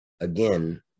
Again